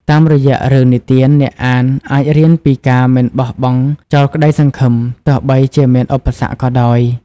តាមរយៈរឿងនិទាន អ្នកអានអាចរៀនពីការមិនបោះបង់ចោលក្តីសង្ឃឹម ទោះបីជាមានឧបសគ្គក៏ដោយ។